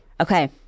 okay